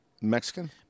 Mexican